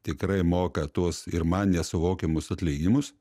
tikrai moka tuos ir man nesuvokiamus atlyginimus